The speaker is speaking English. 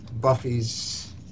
buffy's